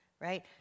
right